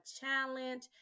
challenge